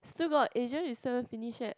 still got Asia you haven't finish yet